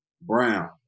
Brown